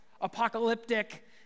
apocalyptic